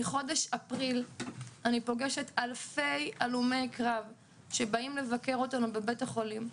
מחודש אפריל אני פוגשת אלפי הלומי קרב שבאים לבקר אותנו בבית החולים,